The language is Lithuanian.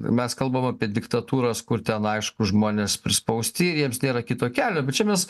mes kalbam apie diktatūras kur ten aišku žmonės prispausti ir jiems nėra kito kelio bet čia mes